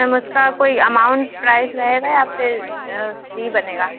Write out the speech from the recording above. ma'am उसका कोई amount price रहेगा या फिर फ़्री बनेगा